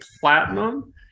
platinum